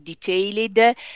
detailed